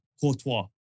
Courtois